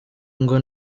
ngo